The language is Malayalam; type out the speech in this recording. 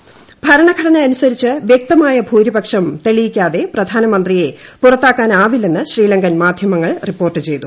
പ്ര ഭരണഘടന അനുസരിച്ച് പ്ലൂക്തമായ ഭൂരിപക്ഷം തെളിയിക്കാതെ പ്രധാനമന്ത്രിയെ പുറത്ത്റ്ക്കാനാവില്ലെന്ന് ശ്രീലങ്കൻ മാധ്യമങ്ങൾ റിപ്പോർട്ടു ചെയ്തു